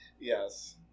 Yes